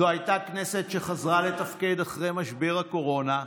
זאת הייתה כנסת שחזרה לתפקד אחרי משבר הקורונה,